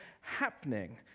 happening